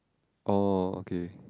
orh okay